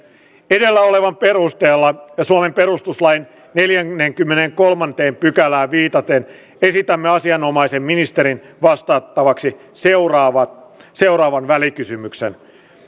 edellä olevan perusteella ja suomen perustuslain neljänteenkymmenenteenkolmanteen pykälään viitaten esitämme asianomaisen ministerin vastattavaksi seuraavan seuraavan välikysymyksen